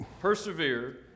persevere